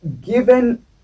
given